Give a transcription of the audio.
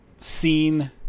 seen